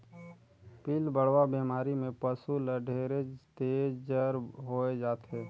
पिलबढ़वा बेमारी में पसु ल ढेरेच तेज जर होय जाथे